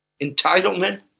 Entitlement